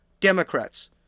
Democrats